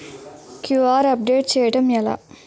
QR update చేయడం ఎలా?